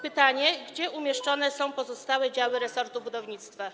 Pytanie: Gdzie umieszczone są pozostałe działy resortu budownictwa?